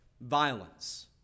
violence